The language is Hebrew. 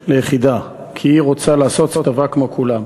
ליחידה, כי היא רוצה לעשות צבא כמו כולם,